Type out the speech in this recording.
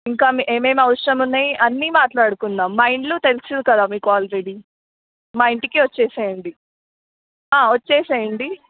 ఇంకా ఏమమి అవసరం ఉన్నాయి అన్నీ మాట్లాడుకుందాం మా ఇల్లు తెలుసు కదా మీకు ఆల్రెడీ మా ఇంటికి వచ్చేయండి వచ్చేయండి